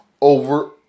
over